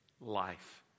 life